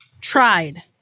tried